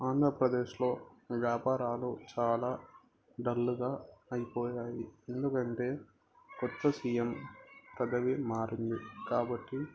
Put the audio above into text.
ఆంధ్రప్రదేశ్లో వ్యాపారాలు చాలా డల్గా అయిపోయాయి ఎందుకంటే కొత్త సీఎమ్ పదవి మారింది కాబట్టి